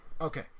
okay